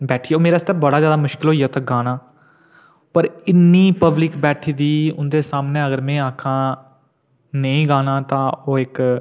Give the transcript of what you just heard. बैठी गेआ ओह् मेरे आस्तै बड़ा जैदा मुश्कल होई गेआ उत्थै गाना पर इन्नी पब्लिक बैठी दी उं'दे सामने अगर में आक्खां नेईं गाना तां ओह् इक